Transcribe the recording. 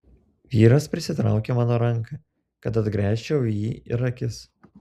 vyras prisitraukė mano ranką kad atgręžčiau į jį ir akis